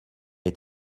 est